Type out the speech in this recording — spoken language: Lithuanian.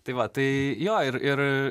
tai va tai jo ir ir